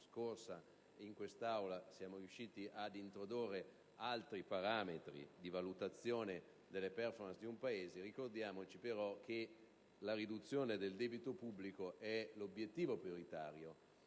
in questa Aula, siamo riusciti ad introdurre altri parametri di valutazione delle *performance* di un Paese; ricordiamoci però che la riduzione del debito pubblico è l'obiettivo prioritario